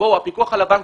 הפיקוח על הבנקים,